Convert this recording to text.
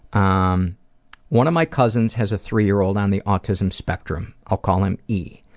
um one of my cousins has a three year old on the autism spectrum. i'll call him e.